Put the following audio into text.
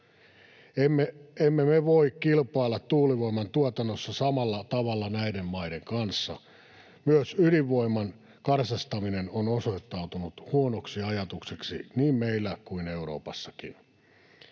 Emme me voi kilpailla tuulivoiman tuotannossa samalla tavalla näiden maiden kanssa. Myös ydinvoiman karsastaminen on osoittautunut huonoksi ajatukseksi niin meillä kuin Euroopassakin.